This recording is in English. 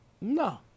No